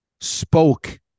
spoke